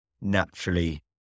naturally